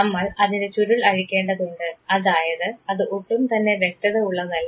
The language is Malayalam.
നമ്മൾ അതിൻറെ ചുരുൾ അഴിക്കേണ്ടതുണ്ട് കാരണം അത് ഒട്ടും തന്നെ വ്യക്തത ഉള്ളതല്ല